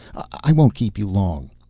i won't keep you long.